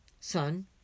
Son